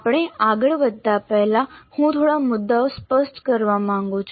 આપણે આગળ વધતા પહેલા હું થોડા મુદ્દાઓ સ્પષ્ટ કરવા માંગુ છું